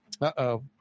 Uh-oh